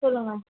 சொல்லுங்க